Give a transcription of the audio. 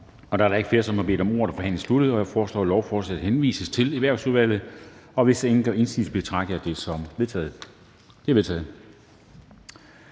Da der ikke er flere, der har bedt om ordet, er forhandlingen sluttet. Jeg foreslår, at lovforslaget henvises til Erhvervsudvalget. Hvis ingen gør indsigelse, betragter jeg det som vedtaget. Det er vedtaget.